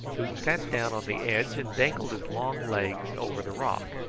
who sat down on the edge and dangled his long legs over the rock,